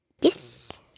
Yes